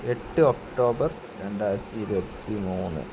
എട്ട് ഒക്ടോബര് രണ്ടായിരത്തി ഇരുപത്തി മൂന്ന്